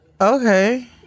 Okay